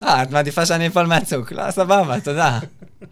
אה, את מעדיפה שאני אפול מהצוק, לא? סבבה, תודה.